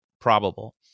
probable